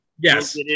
yes